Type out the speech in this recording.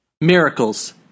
Miracles